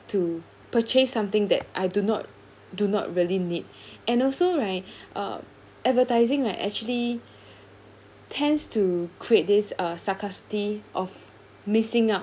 to purchase something that I do not do not really need and also right uh advertising are actually tends to create this uh scarcity of missing out